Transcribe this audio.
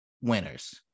winners